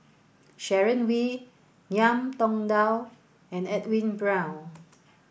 Sharon Wee Ngiam Tong Dow and Edwin Brown